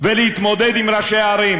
ולהתמודד עם ראשי הערים,